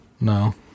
No